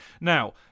Now